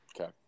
okay